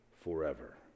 forever